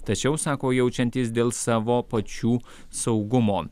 tačiau sako jaučiantys dėl savo pačių saugumo